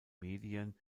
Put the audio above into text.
medien